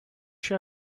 show